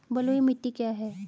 बलुई मिट्टी क्या है?